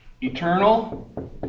Eternal